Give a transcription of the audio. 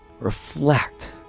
reflect